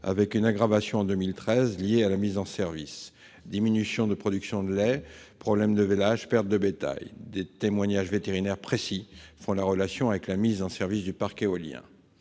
avec une aggravation en 2013, liée à la mise en service : diminution de production de lait, problème de vêlage, perte de bétail. Des témoignages vétérinaires précis font la relation avec la mise en service du parc éolien.